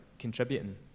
contributing